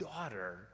daughter